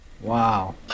Wow